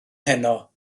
heno